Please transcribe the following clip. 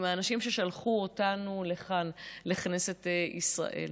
עם האנשים ששלחו אותנו לכאן, לכנסת ישראל.